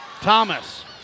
Thomas